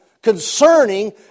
concerning